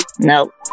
Nope